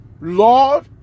Lord